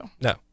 No